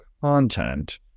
content